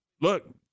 look